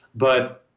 but,